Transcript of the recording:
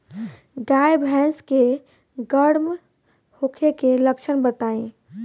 गाय भैंस के गर्म होखे के लक्षण बताई?